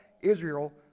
Israel